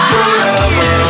Forever